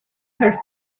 her